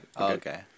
Okay